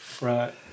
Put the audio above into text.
Right